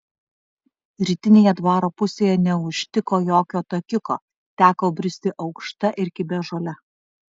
rytinėje dvaro pusėje neužtiko jokio takiuko teko bristi aukšta ir kibia žole